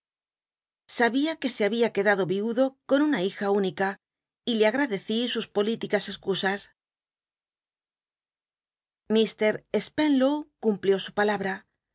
sabia que se babia quedado viudo con una hija única y le agtadccí sus pollticas excusas mr spenlow cumplió su palabra